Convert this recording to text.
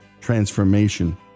transformation